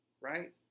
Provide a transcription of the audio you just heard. right